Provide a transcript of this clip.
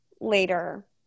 later